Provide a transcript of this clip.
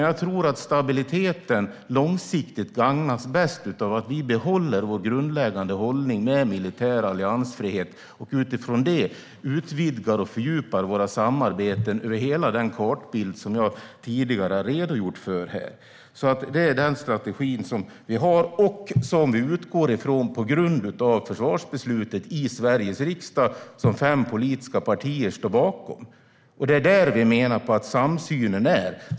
Jag tror att stabiliteten långsiktigt gagnas bäst av att vi behåller vår grundläggande hållning med militär alliansfrihet och utifrån det utvidgar och fördjupar våra samarbeten över hela den kartbild som jag tidigare har redogjort för här. Det är den strategi vi har och som vi utgår från på grund av försvarsbeslutet i Sveriges riksdag, som fem politiska partier står bakom. Det är där vi menar att samsynen finns.